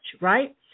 right